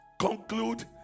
conclude